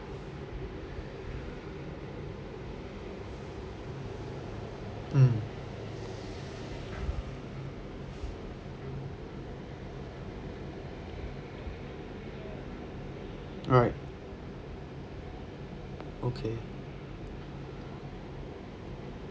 mm right okay